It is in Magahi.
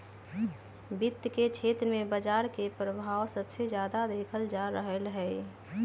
वित्त के क्षेत्र में बजार के परभाव सबसे जादा देखल जा रहलई ह